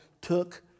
took